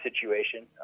situation